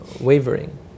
wavering